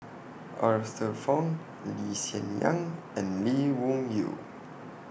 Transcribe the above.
Arthur Fong Lee Hsien Yang and Lee Wung Yew